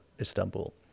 Istanbul